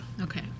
Okay